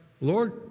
Lord